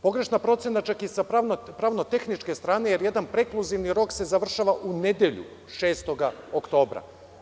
Pogrešna procena čak i sa pravno-tehničke strane, jer jedan prekluzivni rok se završava u nedelju 6. oktobra 2012. godine.